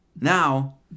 Now